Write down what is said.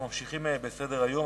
אנחנו ממשיכים בסדר-היום.